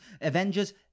avengers